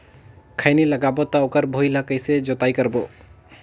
खैनी लगाबो ता ओकर भुईं ला कइसे जोताई करबो?